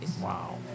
Wow